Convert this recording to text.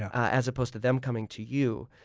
as opposed to them coming to you.